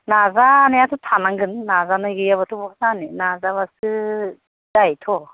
नाजानायाथ' थानांगोन नाजानाय गैयाबाथ' बहा जानो नाजाबासो जायोथ'